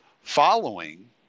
following